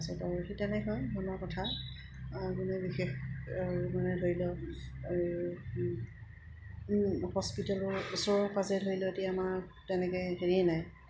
তাৰপিছত আৰু সেই তেনেকৈ বনোৱা কথা মানে বিশেষ আৰু মানে ধৰি লওক হস্পিটেলৰ ওচৰৰ পাঁজৰে ধৰি লওক এতিয়া আমাৰ তেনেকৈ এনেই নাই